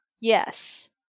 Yes